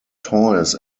toys